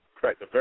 Correct